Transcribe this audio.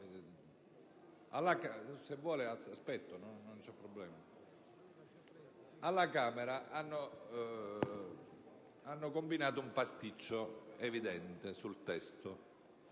alla Camera hanno combinato un pasticcio evidente sul testo.